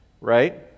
right